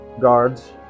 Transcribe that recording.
guards